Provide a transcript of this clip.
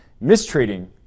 mistreating